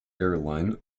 airline